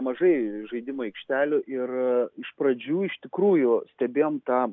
mažai žaidimo aikštelių ir iš pradžių iš tikrųjų stebėjom tą